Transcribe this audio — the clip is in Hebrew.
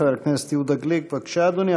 חבר הכנסת יהודה גליק, בבקשה, אדוני.